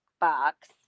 box